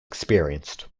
experienced